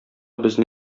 безне